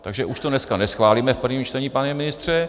Takže už to dneska neschválíme v prvním čtení, pane ministře.